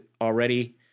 already